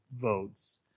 votes